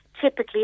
typically